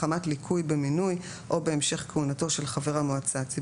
ליקוי במינוי או בהמשך כהונתו של חבר המועצה הציבורית,